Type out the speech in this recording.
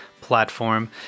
platform